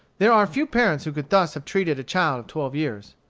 there are few parents who could thus have treated a child of twelve years.